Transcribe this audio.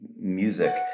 music